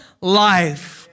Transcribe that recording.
life